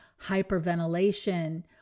hyperventilation